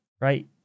Right